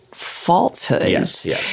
falsehoods